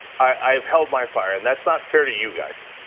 i have held my fire, and that's not fair to you guys.